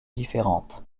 différentes